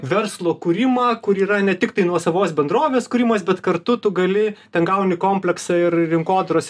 verslo kūrimą kur yra ne tiktai nuosavos bendrovės kūrimas bet kartu tu gali ten gauni kompleksą ir rinkodaros